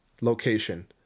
location